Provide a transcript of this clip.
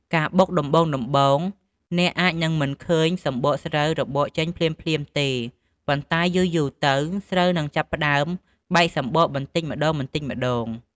ការបុកដំបូងៗ អ្នកអាចនឹងមិនឃើញសម្បកស្រូវរបកច្រើនភ្លាមៗទេ ប៉ុន្តែយូរៗទៅ ស្រូវនឹងចាប់ផ្តើមបែកសម្បកបន្តិចម្តងៗ។